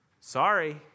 Sorry